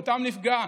זכותם נפגעה.